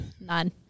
None